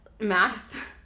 math